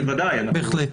בהחלט.